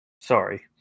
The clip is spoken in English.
sorry